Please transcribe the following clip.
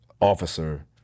Officer